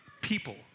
people